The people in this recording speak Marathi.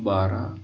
बारा